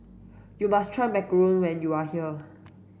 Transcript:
you must try macarons when you are here